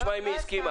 נשמע אם היא הסכימה.